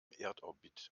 erdorbit